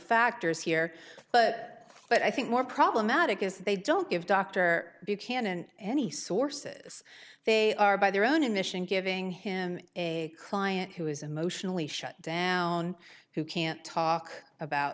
factors here but i think more problematic is they don't give dr buchanan any sources they are by their own admission giving him a client who is emotionally shut down who can't talk about